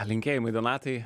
linkėjimai donatai